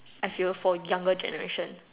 I feel for younger generation